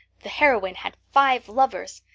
the heroine had five lovers.